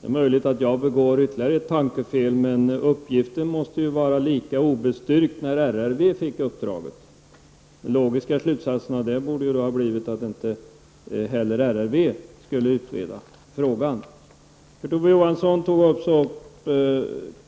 Det är möjligt att jag gör ytterligare ett tankefel, men uppgiften måste ju ha varit lika obestyrkt när RRV fick uppdraget. Den logiska slutsatsen borde ha blivit att inte heller RRV skulle utreda frågan. Kurt Ove Johansson sade också att